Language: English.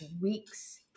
weeks